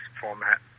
format